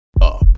up